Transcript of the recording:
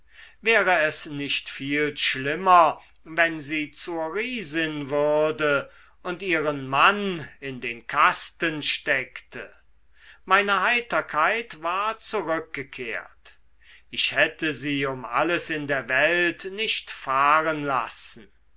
wäre es nicht viel schlimmer wenn sie zur riesin würde und ihren mann in den kasten steckte meine heiterkeit war zurückgekehrt ich hätte sie um alles in der welt nicht fahren lassen